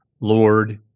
Lord